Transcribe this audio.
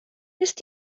wnest